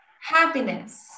happiness